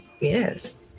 Yes